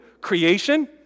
Creation